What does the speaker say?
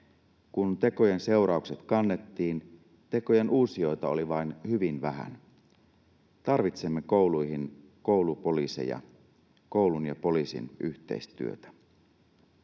Kun tekojen seuraukset kannettiin, tekojen uusijoita oli vain hyvin vähän. Tarvitsemme kouluihin koulupoliiseja, koulun ja poliisin yhteistyötä.